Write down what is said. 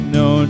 no